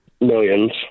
millions